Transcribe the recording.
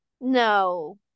No